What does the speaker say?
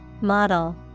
Model